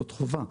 זאת חובה.